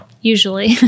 Usually